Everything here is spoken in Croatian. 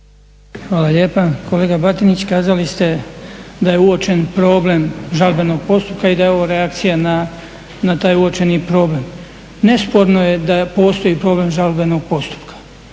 Hvala lijepa. Kolega Batinić, kazali st eda je uočen problem žalbenog postupka i da je ovo reakcija na taj uočeni problem. Nesporno je da postoji problem žalbenog postupka,